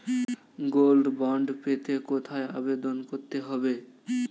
Gold bond পেতে কোথায় আবেদন করতে হবে?